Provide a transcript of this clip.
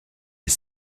des